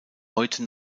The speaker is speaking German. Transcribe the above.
heute